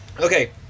Okay